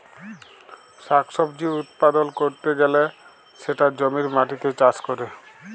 শাক সবজি উৎপাদল ক্যরতে গ্যালে সেটা জমির মাটিতে চাষ ক্যরে